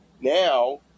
now